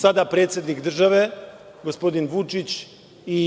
sada predsednik države gospodin Vučić i